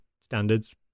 standards